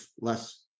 less